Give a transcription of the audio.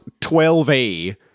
12A